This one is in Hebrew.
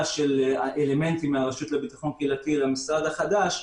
של אלמנטים מהרשות לביטחון קהילתי למשרד החדש,